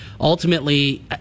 ultimately